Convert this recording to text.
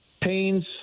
pains